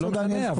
לא משנה.